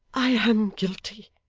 i am guilty,